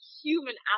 human